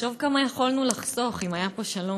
תחשוב כמה יכולנו לחסוך אם היה פה שלום.